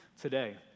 today